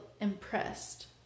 impressed